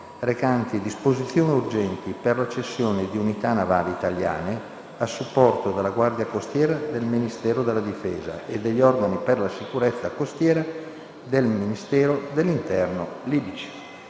recante disposizioni urgenti per la cessione di unità navali italiane a supporto della Guardia costiera del Ministero della difesa e degli organi per la sicurezza costiera del Ministero dell'interno libici»